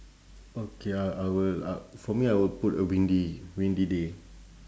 okay I I will I for me I will put a windy windy day